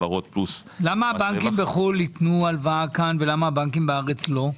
למה הבנקים בחו"ל ייתנו הלוואה כאן והבנקים בארץ לא?